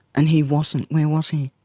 and he wasn't, where was he?